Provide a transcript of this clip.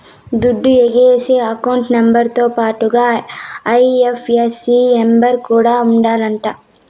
దుడ్లు ఏసేకి account number తో పాటుగా ఐ.ఎఫ్.ఎస్.సి నెంబర్ కూడా ఉండాలంట